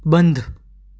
બંધ